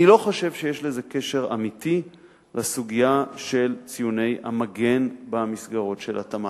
אני לא חושב שיש לזה קשר אמיתי לסוגיה של ציוני המגן במסגרות של התמ"ת.